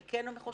אני כן חושבת,